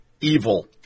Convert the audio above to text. evil